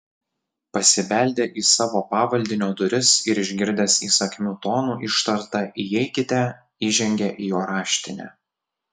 pasibeldė į savo pavaldinio duris ir išgirdęs įsakmiu tonu ištartą įeikite įžengė į jo raštinę